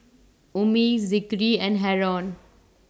Ummi Zikri and Haron